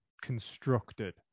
constructed